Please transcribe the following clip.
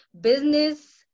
business